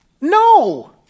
No